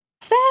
Fast